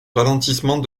ralentissement